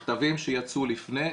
מכתבים שיצאו לפני,